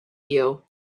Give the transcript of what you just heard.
you